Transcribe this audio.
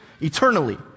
eternally